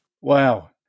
Wow